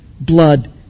blood